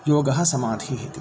योगः समाधिः इति